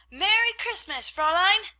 merry christmas, fraulein!